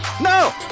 No